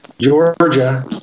Georgia